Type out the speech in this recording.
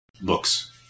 books